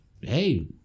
hey